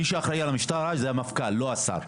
מי שאחראי על המשטרה זה המפכ"ל, לא השר.